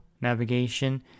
navigation